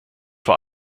vor